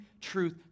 truth